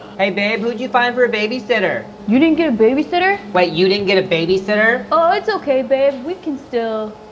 hey babe, who'd you find for a babysitter? you didn't get a babysitter? wait, you didn't get a babysitter? oh it's okay baby, we can still,